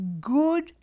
good